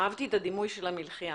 אהבתי את הדימוי של המלחייה.